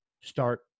Start